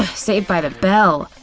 ah saved by the bell!